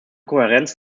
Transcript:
kohärenz